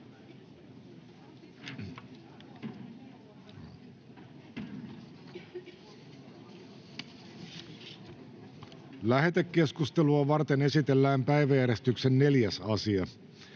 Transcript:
Lähetekeskustelua varten esitellään päiväjärjestyksen 4. asia.